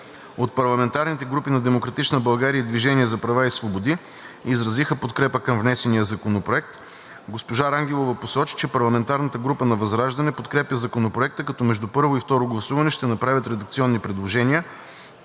От парламентарните групи на „Демократична България“ и „Движение за права и свободи“ изразиха подкрепа към внесения законопроект. Госпожа Рангелова посочи, че парламентарната група на ВЪЗРАЖДАНЕ подкрепя Законопроекта, като между първо и второ гласуване ще направят редакционни предложения.